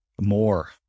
More